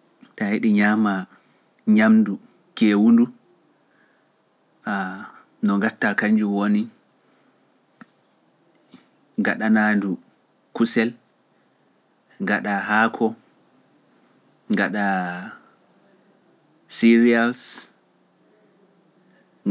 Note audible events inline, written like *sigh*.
*hesitation* Ta heɗi ñaama ñamdu kewundu no gatta kanjum woni gaɗana ndu kusel gaɗa haako gaɗa cereals